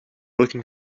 looking